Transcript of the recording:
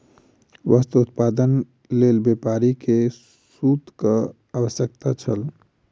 वस्त्र उत्पादनक लेल व्यापारी के सूतक आवश्यकता छल